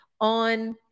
on